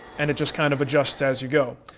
and it just kind of adjusts as you go.